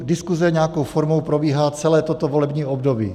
Diskuze nějakou formou probíhá celé toto volební období.